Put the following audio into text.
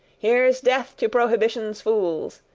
here's death to prohibition's fools,